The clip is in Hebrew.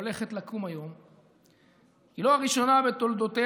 שהולכת לקום היום היא לא הראשונה בתולדותיו